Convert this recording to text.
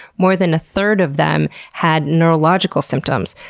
more than a third of them had neurological symptoms,